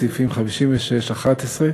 סעיפים 56(11),